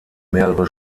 mehrere